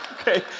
Okay